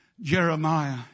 Jeremiah